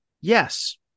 Yes